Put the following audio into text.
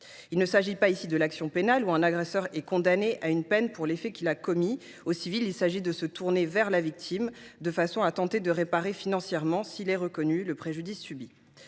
À la différence de l’action pénale, où un agresseur est condamné à une peine pour les faits qu’il a commis, il s’agit de se tourner vers la victime de façon à tenter de réparer financièrement, s’il est reconnu, le préjudice subi.